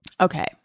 Okay